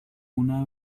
una